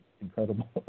incredible